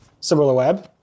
SimilarWeb